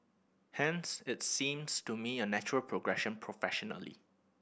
hence it seems to me a natural progression professionally